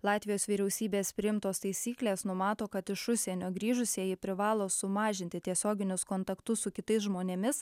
latvijos vyriausybės priimtos taisyklės numato kad iš užsienio grįžusieji privalo sumažinti tiesioginius kontaktus su kitais žmonėmis